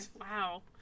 Wow